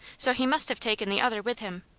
so he must have taken the other with him.